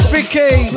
Vicky